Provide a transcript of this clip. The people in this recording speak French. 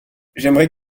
j’aimerais